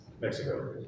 Mexico